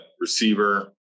receiver